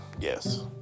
Yes